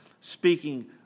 speaking